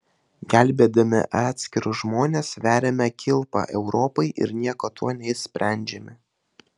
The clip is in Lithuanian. gelbėdami atskirus žmones veriame kilpą europai ir nieko tuo neišsprendžiame